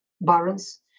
barons